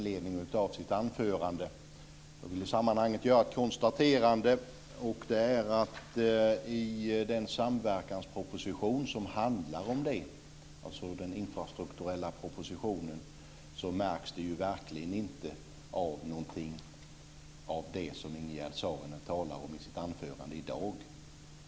Jag vill i det sammanhanget göra ett konstaterande, nämligen att det i den samverkansproposition som handlar om detta, alltså den infrastrukturella propositionen, verkligen inte märks något av det som Ingegerd Saarinen talar om i sitt anförande i dag.